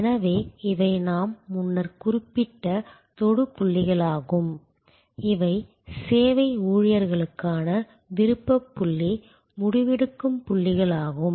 எனவே இவை நாம் முன்னர் குறிப்பிட்ட தொடு புள்ளிகளாகும் இவை சேவை ஊழியர்களுக்கான விருப்பப் புள்ளி முடிவெடுக்கும் புள்ளிகளாகும்